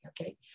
okay